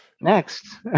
Next